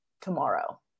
tomorrow